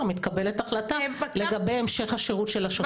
מתקבלת החלטה לגבי המשך השירות של השוטר.